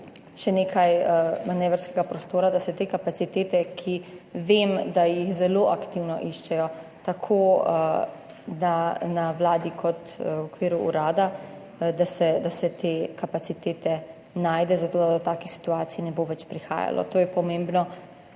še nekaj manevrskega prostora, da se te kapacitete, ki vem, da jih zelo aktivno iščejo. Tako da na Vladi kot v okviru urada, da se te kapacitete najde, zato da do takih situacij ne bo več prihajalo. To je pomembno